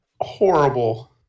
horrible